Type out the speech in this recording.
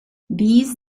these